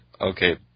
Okay